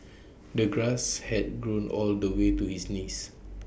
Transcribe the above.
the grass had grown all the way to his knees